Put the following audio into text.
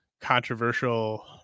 controversial